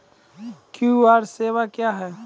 QR सेवा क्या हैं?